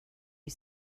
you